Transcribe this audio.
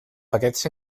paquets